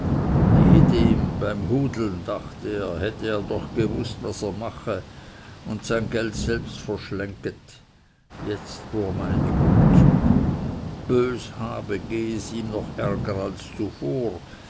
ehedem beim hudeln dachte er hätte er doch gewußt was er mache und sein geld selbst verschlengget jetzt wo er meine gut zu tun und bös habe gehe es ihm noch ärger als zuvor